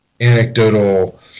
anecdotal